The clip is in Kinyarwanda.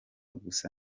gusa